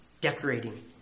decorating